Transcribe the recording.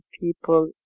people